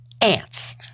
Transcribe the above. Ants